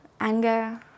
anger